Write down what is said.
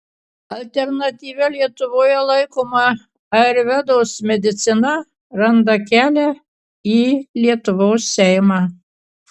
alternatyvia lietuvoje laikoma ajurvedos medicina randa kelią į lietuvos seimą